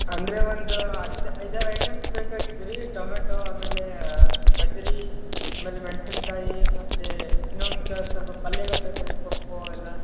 ಅಂದರೆ ಒಂದು ಐದು ಐದಾರು ಐಟಮ್ಸ್ ಬೇಕಾಗಿದ್ದವು ರೀ ಟೊಮ್ಯಾಟೊ ಆಮೇಲೆ ಗೆಜ್ರಿ ಆಮೇಲೆ ಮೆಣಸಿನ್ಕಾಯಿ ಮತ್ತೆ ಇನ್ನೊಂದು ಕ ಸ್ವಲ್ಪ ಪಲ್ಲೆಗಳು ಬೇಕಾಗಿತ್ತು ಸೊಪ್ಪು ಅವೆಲ್ಲ